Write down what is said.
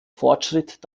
fortschritt